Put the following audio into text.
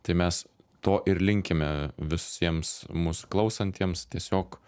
tai mes to ir linkime visiems mus klausantiems tiesiog